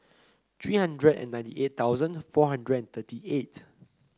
three hundred and ninety eight thousand four hundred thirty eight